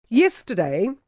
Yesterday